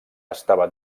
estava